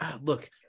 Look